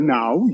now